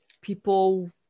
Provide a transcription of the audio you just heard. people